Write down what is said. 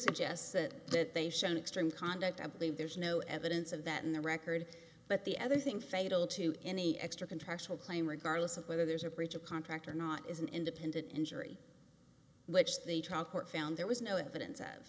suggests that they show an extreme conduct i believe there's no evidence of that in the record but the other thing fatal to any extra contractual claim regardless of whether there's a breach of contract or not is an independent injury which the trial court found there was no evidence